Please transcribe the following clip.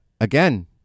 again